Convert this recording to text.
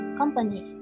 company